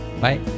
Bye